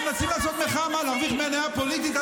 מה זה עניין של חטופים?